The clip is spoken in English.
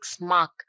mark